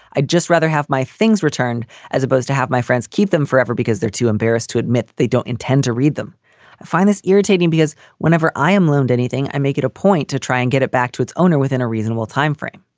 i'd just rather have my things returned as opposed to have my friends keep them forever because they're too embarrassed to admit they don't intend to read them. i find this irritating because whenever i am loaned anything, i make it a point to try and get it back to its owner within a reasonable timeframe